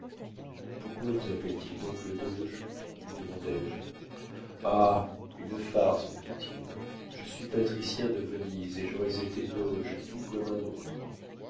pourquoi vous appellent ils donc le doge lui demandai-je ah une farce dit-il je suis patricien de venise et j'aurais été doge tout comme un autre